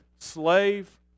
Slave